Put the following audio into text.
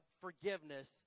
forgiveness